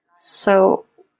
so,